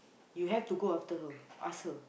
you have to go after her ask her